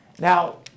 Now